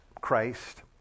Christ